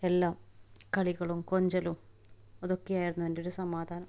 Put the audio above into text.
എല്ലാം കളികളും കൊഞ്ചലും അതൊക്കെയായിരുന്നു എന്റെയൊരു സമാധാനം